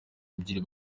ebyiri